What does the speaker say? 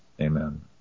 Amen